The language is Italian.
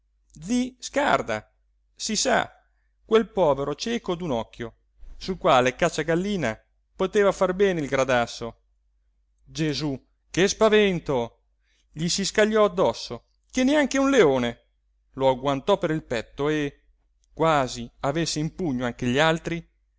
zi scarda si sa quel povero cieco d'un occhio sul quale cacciagallina poteva far bene il gradasso gesú che spavento gli si scagliò addosso che neanche un leone lo agguantò per il petto e quasi avesse in pugno anche gli altri